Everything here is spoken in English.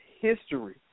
history